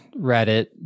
Reddit